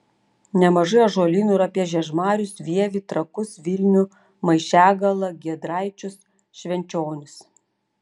nemažai ąžuolynų yra apie žiežmarius vievį trakus vilnių maišiagalą giedraičius švenčionis